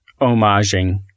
homaging